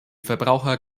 verbraucher